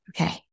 Okay